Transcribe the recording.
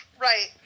Right